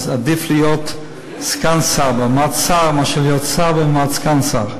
עדיף להיות סגן שר במעמד שר מאשר להיות שר במעמד סגן שר.